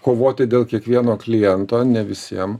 kovoti dėl kiekvieno kliento ne visiem